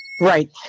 Right